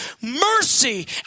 mercy